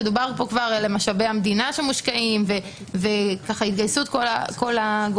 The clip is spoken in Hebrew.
דובר פה כבר על משאבי המדינה שמושקעים והתגייסות כל הגורמים,